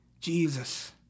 Jesus